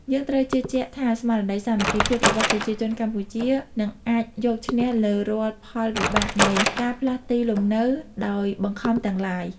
យើងត្រូវជឿជាក់ថាស្មារតីសាមគ្គីភាពរបស់ប្រជាជនកម្ពុជានឹងអាចយកឈ្នះលើរាល់ផលវិបាកនៃការផ្លាស់ទីលំនៅដោយបង្ខំទាំងឡាយ។